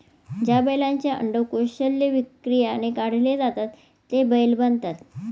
ज्या बैलांचे अंडकोष शल्यक्रियाने काढले जातात ते बैल बनतात